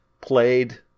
played